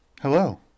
Hello